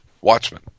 Watchmen